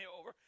over